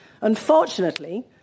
Unfortunately